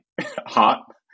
hot